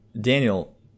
Daniel